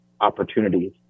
opportunities